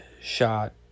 shot